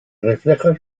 refleja